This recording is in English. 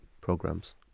programs